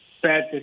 Bad